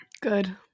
good